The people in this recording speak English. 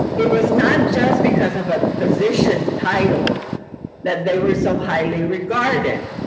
it wasn't just because of a position title that they were so highly regarded.